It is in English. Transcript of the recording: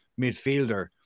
midfielder